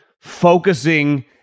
focusing